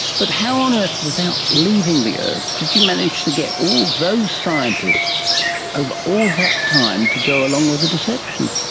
but how on earth, without leaving the earth, did you manage to get all those scientists over all that time, to go along with the deception?